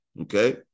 okay